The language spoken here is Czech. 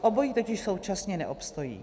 Obojí totiž současně neobstojí.